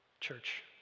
church